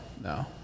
No